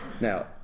Now